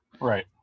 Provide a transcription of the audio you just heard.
Right